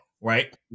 right